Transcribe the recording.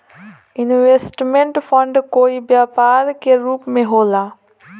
investment fund कोई व्यापार के रूप में होला